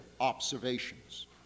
observations